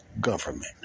government